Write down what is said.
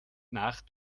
nach